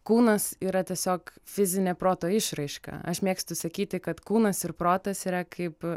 kūnas yra tiesiog fizinė proto išraiška aš mėgstu sakyti kad kūnas ir protas yra kaip